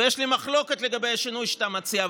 יש לי מחלוקת על השינוי שאתה מציע,